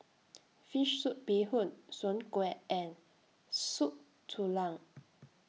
Fish Soup Bee Hoon Soon Kway and Soup Tulang